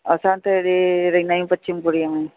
असां त हेॾे रहंदा आहियूं पश्चिम पुरी में